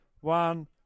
One